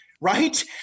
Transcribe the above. right